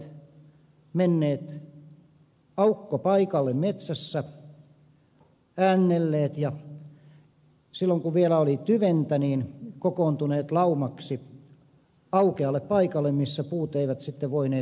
hirvet olivat menneet aukkopaikalle metsässä äännelleet ja silloin kun vielä oli tyventä kokoontuneet laumaksi aukealle paikalle missä puut eivät sitten voineet kaatua